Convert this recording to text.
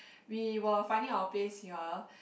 we were finding our place here